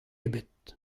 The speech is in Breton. ebet